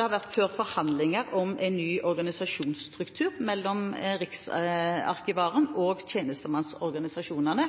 har vært ført forhandlinger om ny organisasjonsstruktur mellom Riksarkivaren og tjenestemannsorganisasjonene